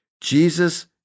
Jesus